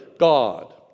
God